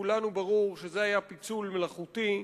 לכולנו ברור שזה היה פיצול מלאכותי.